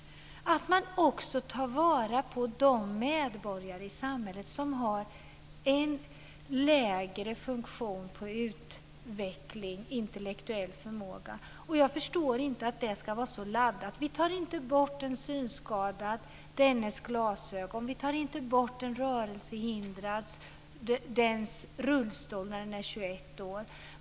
Jag vädjar om att man också tar vara på de medborgare i samhället som har en lägre funktion i fråga om utveckling och intellektuell förmåga. Jag förstår inte att det ska vara så laddat. Vi tar inte bort en synskadads glasögon och vi tar inte bort en rörelsehindrads rullstol när denne fyller 21 år.